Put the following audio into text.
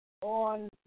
on